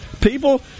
people